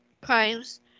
crimes